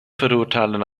verurteilen